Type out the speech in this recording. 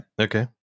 Okay